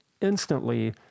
instantly